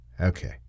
Okay